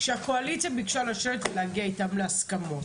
שהקואליציה ביקשה לשבת ולהגיע איתם להסכמות.